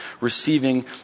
receiving